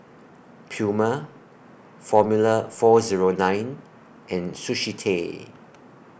Puma Formula four Zero nine and Sushi Tei